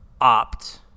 Opt